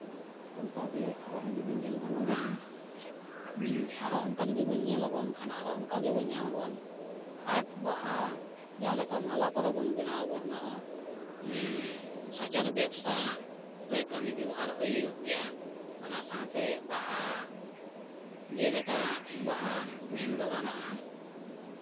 ᱚᱱᱠᱟ ᱜᱮ ᱟᱨᱦᱚᱸ ᱡᱩᱫᱤ ᱧᱮᱞ ᱜᱟᱱᱚᱜᱼᱟ ᱟᱨᱚ ᱚᱱᱠᱟ ᱡᱩᱫᱤ ᱵᱚᱱ ᱧᱮᱞᱟᱵᱚᱱ ᱮᱱᱠᱷᱟᱱ ᱟᱨᱦᱚᱸ ᱚᱱᱠᱟ ᱜᱮᱵᱚᱱ ᱧᱟᱢᱟᱵᱚᱱ ᱦᱟᱴ ᱵᱟᱦᱟ ᱡᱟᱦᱟᱸ ᱞᱮᱠᱟ ᱢᱟᱞᱟ ᱠᱚᱨᱮ ᱵᱚᱱ ᱵᱮᱱᱟᱣᱟᱵᱚᱱ ᱚᱱᱟ ᱦᱚᱸ ᱥᱟᱪᱟᱨᱦᱮᱫ ᱵᱮᱵᱥᱟ ᱨᱮ ᱠᱟᱹᱢᱤ ᱵᱮᱵᱚᱦᱟᱨ ᱦᱩᱭᱩᱜ ᱜᱮᱭᱟ ᱚᱱᱟ ᱥᱟᱶᱛᱮ ᱵᱟᱦᱟ ᱡᱮᱞᱮᱠᱟ ᱵᱟᱦᱟ ᱢᱮᱱᱫᱚ ᱜᱟᱱᱚᱜᱼᱟ